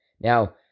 Now